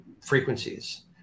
frequencies